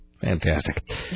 fantastic